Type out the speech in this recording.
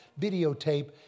videotape